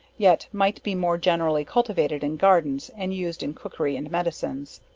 yet might be more generally cultivated in gardens, and used in cookery and medicines.